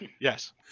Yes